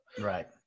Right